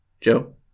Joe